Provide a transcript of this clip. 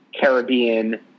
caribbean